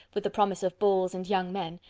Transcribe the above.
with the promise of balls and young men,